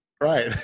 Right